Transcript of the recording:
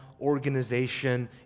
organization